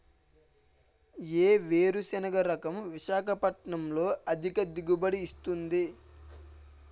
ఏ వేరుసెనగ రకం విశాఖపట్నం లో అధిక దిగుబడి ఇస్తుంది?